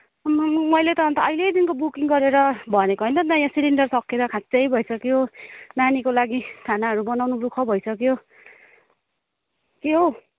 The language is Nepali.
आमामामा मैले त अन्त अहिलेदेखिको बुकिङ गरेर भनेको होइन त यहाँ सिलिन्डर सकिएर खाँचै भइसक्यो नानीको लागि खानाहरू बनाउनु दुखः भइसक्यो के हौ